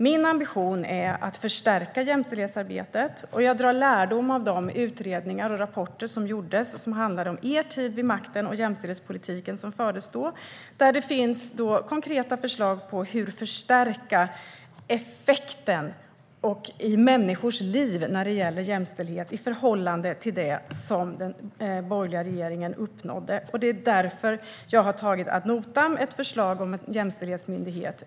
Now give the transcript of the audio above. Min ambition är att förstärka jämställdhetsarbetet, och jag drar lärdom av de utredningar och rapporter som har gjorts. De handlar om er tid vid makten och om den jämställdhetspolitik som då fördes. Här finns konkreta förslag om hur man kan förstärka effekten av jämställdheten och i människors liv i förhållande till det som den borgerliga regeringen uppnådde. Därför har jag tagit ett förslag om en jämställdhetsmyndighet ad notam.